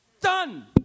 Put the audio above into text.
Done